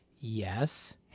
Yes